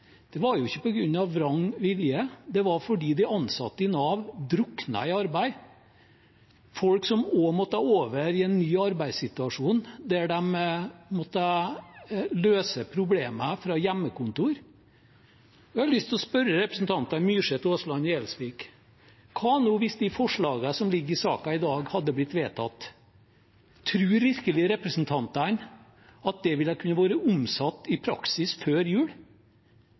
Det var ikke på grunn av vrang vilje, det var fordi de ansatte i Nav druknet i arbeid, folk som også måtte over i en ny arbeidssituasjon der de måtte løse problemer fra hjemmekontor. Jeg har lyst til å spørre representantene Myrseth, Aasland og Gjelsvik: Hva nå hvis de forslagene som ligger i saken i dag, hadde blitt vedtatt? Tror virkelig representantene at det ville kunne blitt omsatt til praksis før jul?